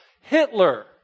Hitler